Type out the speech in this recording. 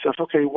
Okay